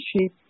sheep